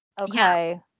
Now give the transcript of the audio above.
Okay